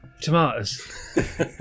tomatoes